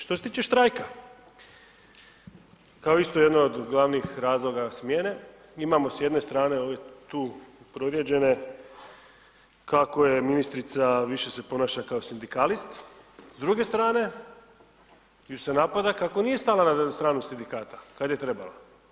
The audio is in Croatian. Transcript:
Što se tiče štrajka, kao isto jedno od glavnih razloga smjene, imamo s jedne strane tu prorijeđene kako je ministrica više se ponaša kao sindikalist, s druge strane ju se napada kako nije stala na stranu sindikata kad je trebala.